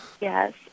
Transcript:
Yes